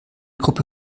gruppe